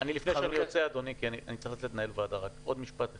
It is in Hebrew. אני צריך לצאת לנהל ועדה, אדוני, אז עוד משפט אחד.